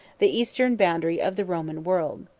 the eastern boundary of the roman world.